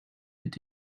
could